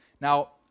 Now